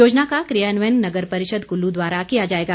योजना का क्रियान्वयन नगर परिषद कुल्लू द्वारा किया जाएगा